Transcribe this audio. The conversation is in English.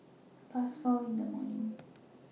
Past four in The morning